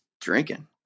drinking